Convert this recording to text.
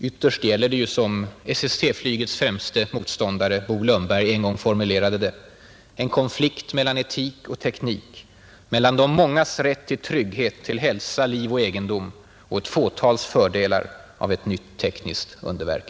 Ytterst gäller det ju, som SST-flygets främste motståndare Bo Lundberg en gång formulerade det ”en konflikt mellan etik och teknik. Mellan de mångas rätt till trygghet, till hälsa, liv och egendom och ett fåtals fördelar av ett nytt tekniskt underverk”.